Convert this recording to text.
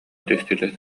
түстүлэр